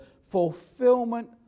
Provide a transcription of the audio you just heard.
fulfillment